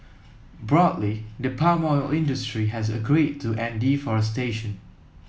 broadly the palm oil industry has agreed to end deforestation